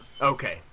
Okay